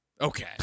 Okay